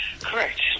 correct